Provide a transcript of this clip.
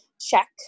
check